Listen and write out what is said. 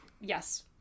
yes